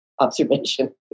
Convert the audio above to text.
observation